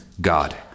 God